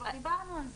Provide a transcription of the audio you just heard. כבר דיברנו על זה.